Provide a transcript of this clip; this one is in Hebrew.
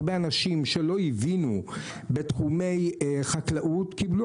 הרבה אנשים שלא הבינו בתחומי חקלאות קיבלו